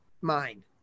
mind